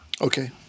Okay